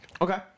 Okay